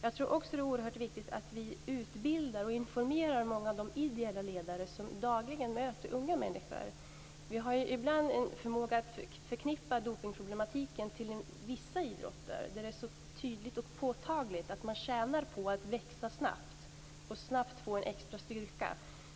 Jag tror också att det är oerhört viktigt att vi utbildar och informerar många av de ideella ledare som dagligen möter unga människor. Vi har ibland en förmåga att förknippa dopningsproblematiken med vissa idrotter, där det är så tydligt och påtagligt att man tjänar på att växa snabbt och snabbt få en extra styrka.